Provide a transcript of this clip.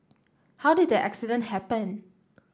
how did the accident happen